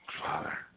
Father